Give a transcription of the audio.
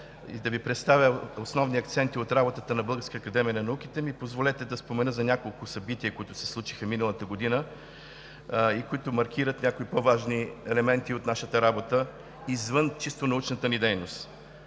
и да Ви представя основни акценти от работата на Българската академия на науките ми позволете да спомена за няколко събития, които се случиха миналата година, които маркират някои по-важни елементи от нашата работа, извън чисто научната ни дейност.